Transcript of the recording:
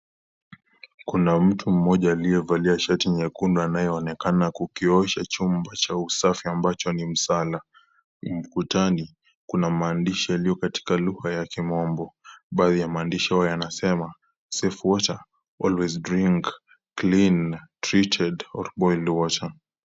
Kuna mtu mmoja aliyevalia shati nyekundu, anayeonekana kukiosha chumba cha usafi ambacho ni muhimu sana. Ukutani, kuna maandishi yaliyo katika lugha ya kimombo. Baadhi ya mandishi hayo yanasemaa, safe water, always drink clean, treated or boiled water .